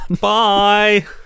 Bye